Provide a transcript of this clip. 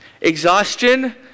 exhaustion